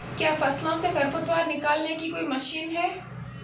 क्या फसलों से खरपतवार निकालने की कोई मशीन है?